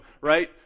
right